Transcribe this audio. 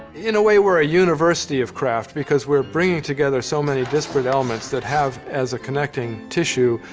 in a way we're a university of craft, because we're bringing together so many disparate elements that have, as a connecting tissue,